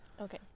Okay